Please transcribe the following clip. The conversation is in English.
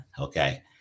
okay